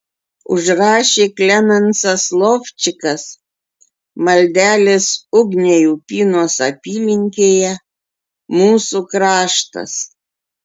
užrašė klemensas lovčikas maldelės ugniai upynos apylinkėje mūsų kraštas